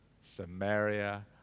Samaria